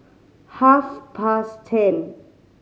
half past ten